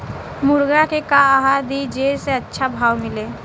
मुर्गा के का आहार दी जे से अच्छा भाव मिले?